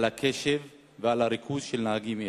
על הקשב ועל הריכוז שלהם.